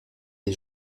est